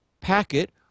packet